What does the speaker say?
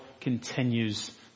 continues